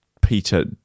Peter